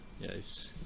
yes